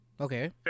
Okay